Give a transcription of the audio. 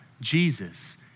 Jesus